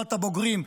בתנועת הבוגרים,